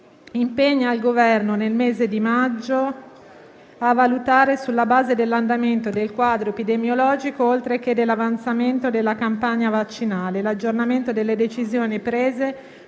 impegna il Governo: nel mese di maggio a valutare, sulla base dell'andamento del quadro epidemiologico oltre che dell'avanzamento della campagna vaccinale, l'aggiornamento delle decisioni prese